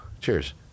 Cheers